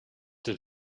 did